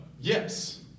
yes